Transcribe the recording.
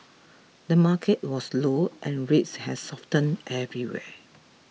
the market was slowe and rates have softened everywhere